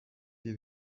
wie